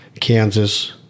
Kansas